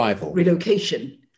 relocation